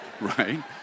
Right